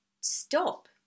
stop